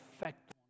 effect